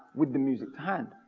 with the music to hand.